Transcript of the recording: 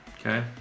Okay